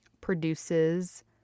produces